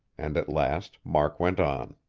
and at last, mark went on.